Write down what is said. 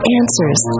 answers